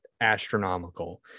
astronomical